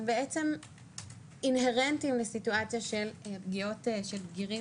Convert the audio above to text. הם בעצם אינהרנטים לסיטואציה של פגיעות של בגירים